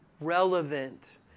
relevant